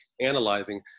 analyzing